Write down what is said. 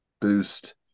boost